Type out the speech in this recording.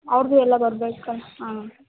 ಅವ್ರದ್ದು ಎಲ್ಲ ಬರ್ಬೇಕು ಅನ್ ಹಾಂ